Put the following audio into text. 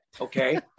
okay